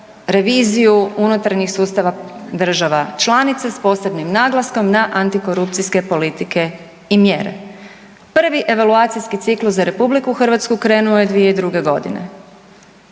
reviziju unutarnjih sustava država članica s posebnim naglaskom na antikorupcijske politike i mjere. Prvi evaluacijski ciklus za RH krenuo je 2002. godine.